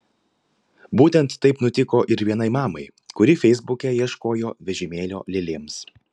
būtent taip nutiko ir vienai mamai kuri feisbuke ieškojo vežimėlio lėlėms